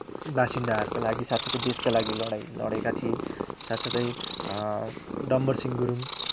बासिन्दाहरूका लागि साथ साथै देशका लागि लडाई लडे्का थिए साथसाथै डम्बर सिँह गुरुङ